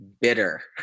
bitter